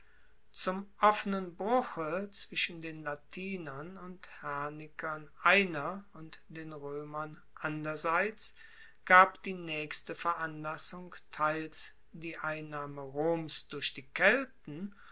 zum offenen bruche zwischen den latinern und hernikern einer und den roemern anderseits gab die naechste veranlassung teils die einnahme roms durch die kelten